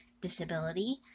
disability